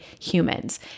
humans